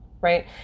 right